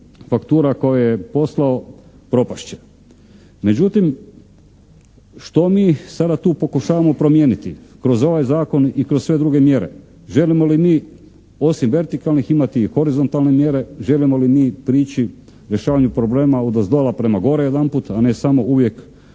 faktura koju je poslao propast će. Međutim, što mi sada tu pokušavamo promijeniti kroz ovaj Zakon i kroz sve druge mjere? Želimo li mi osim vertikalnih imati i horizontalne mjere? Želimo li mi prići rješavanju problema odozdola prema gore jedanput, a ne samo uvijek